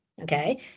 okay